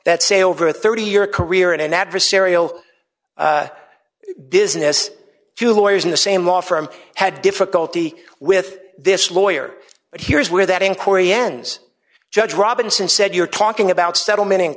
that say over a thirty year career in an adversarial business two lawyers in the same law firm had difficulty with this lawyer but here is where that inquiry ends judge robinson said you're talking about settlement